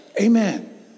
Amen